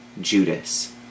Judas